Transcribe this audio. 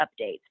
updates